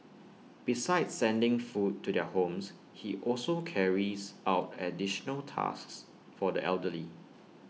besides sending food to their homes he also carries out additional tasks for the elderly